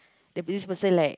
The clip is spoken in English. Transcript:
that this person like